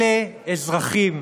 אלה אזרחים,